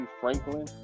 Franklin